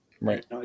Right